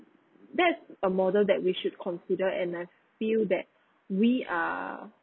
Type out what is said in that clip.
that's a model that we should consider and I feel that we are